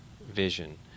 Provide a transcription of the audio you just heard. vision